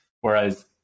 whereas